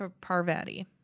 Parvati